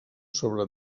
sobre